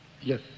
Yes